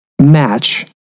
match